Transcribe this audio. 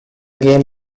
game